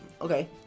Okay